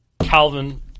Calvin